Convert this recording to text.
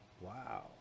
Wow